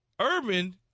Urban